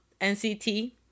NCT